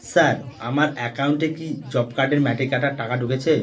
Sir আমার একাউন্টে কি জব কার্ডের মাটি কাটার টাকা ঢুকেছে?